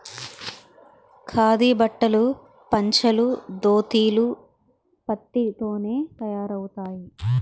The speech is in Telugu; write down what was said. ఖాదీ బట్టలు పంచలు దోతీలు పత్తి తోనే తయారవుతాయి